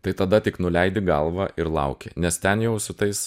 tai tada tik nuleidi galvą ir lauki nes ten jau su tais